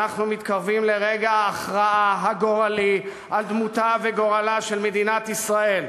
אנחנו מתקרבים לרגע ההכרעה הגורלי על דמותה וגורלה של מדינת ישראל.